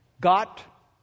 Got